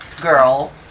girl